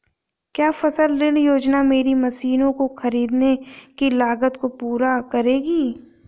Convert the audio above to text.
क्या फसल ऋण योजना मेरी मशीनों को ख़रीदने की लागत को पूरा करेगी?